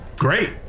Great